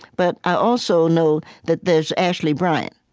but i also know that there's ashley bryan.